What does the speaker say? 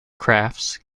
crafts